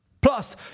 Plus